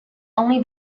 only